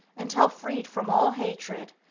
until, freed from all hatred,